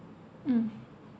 mm